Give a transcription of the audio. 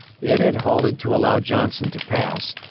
it had halted to allow johnson to pass,